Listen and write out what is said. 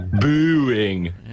Booing